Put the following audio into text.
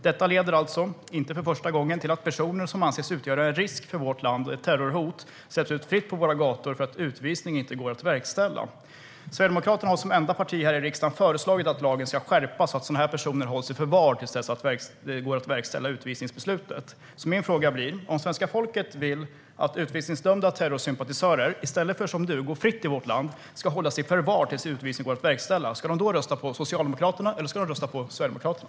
Detta leder alltså, inte för första gången, till att personer som anses utgöra en risk för vårt land, ett terrorhot, släpps ut fritt på våra gator för att utvisning inte går att verkställa. Sverigedemokraterna har som enda parti här i riksdagen föreslagit att lagen ska skärpas så att sådana här personer hålls i förvar till dess utvisningsbesluten går att verkställa. Min fråga blir: Om svenska folket vill att utvisningsdömda terrorsympatisörer, i stället för som nu gå fritt i vårt land, ska hållas i förvar tills utvisning går att verkställa, ska de då rösta på Socialdemokraterna eller ska de rösta på Sverigedemokraterna?